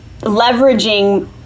leveraging